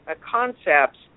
concepts